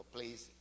please